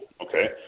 Okay